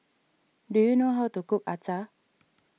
do you know how to cook Acar